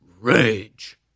rage